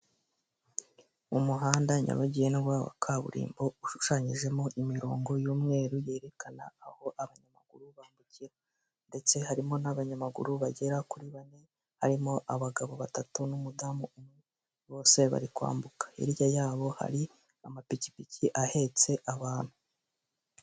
Umuhanda nyabagendwa wa kaburimbo ushushanyijemo imirongo y'umweru yerekana aho abanyamaguru bambukira, ndetse harimo n'abanyamaguru bagera kuri bane harimo abagabo batatu n'umudamu umwe. Bose bari kwambuka hirya yabo hari amapikipiki ahetse abantu.